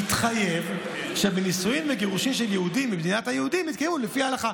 התחייב שנישואין וגירושין של יהודים במדינת היהודים יתקיימו לפי ההלכה.